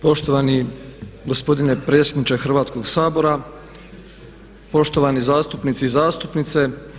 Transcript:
Poštovani gospodine predsjedniče Hrvatskog sabora, poštovani zastupnici i zastupnice.